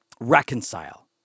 reconcile